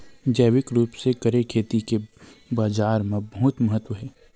जैविक रूप से करे खेती के बाजार मा बहुत महत्ता हे